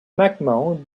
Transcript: mcmahon